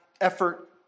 effort